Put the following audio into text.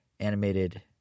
Animated